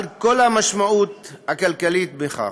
על המשמעות הכלכלית שבכך,